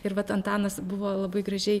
ir vat antanas buvo labai gražiai